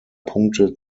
punkte